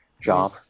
job